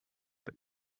but